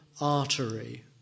artery